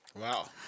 Wow